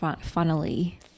funnily